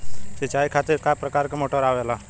सिचाई खातीर क प्रकार मोटर आवेला?